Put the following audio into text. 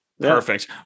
Perfect